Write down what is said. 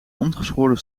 ongeschoren